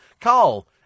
Carl